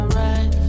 right